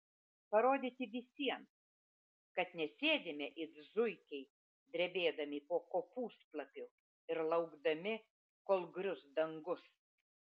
parodyti visiems kad nesėdime it zuikiai drebėdami po kopūstlapiu ir laukdami kol grius dangus